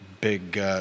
big